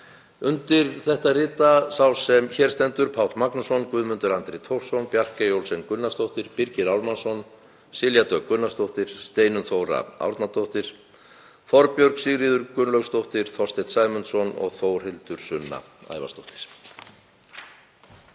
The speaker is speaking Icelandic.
Undir álitið rita sá sem hér stendur, Guðmundur Andri Thorsson, Bjarkey Olsen Gunnarsdóttir, Birgir Ármannsson, Silja Dögg Gunnarsdóttir, Steinunn Þóra Árnadóttir, Þorbjörg Sigríður Gunnlaugsdóttir, Þorsteinn Sæmundsson og Þórhildur Sunna Ævarsdóttir.